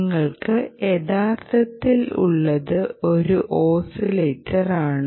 നിങ്ങൾക്ക് യഥാർത്ഥത്തിൽ ഉള്ളത് ഒരു ഓസിലേറ്റർ ആണ്